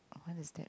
what is that